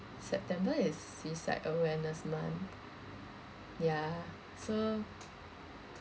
september is suicide awareness month ya so